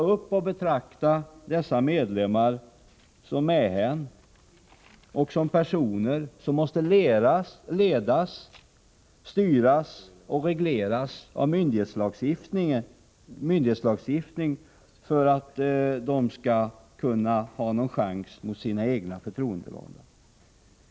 Sluta att betrakta medlemmarna som mähän, som personer som måste ledas, styras och regleras av myndighetslagstiftning för att ha någon chans mot sina egna förtroendevalda.